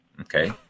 Okay